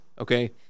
okay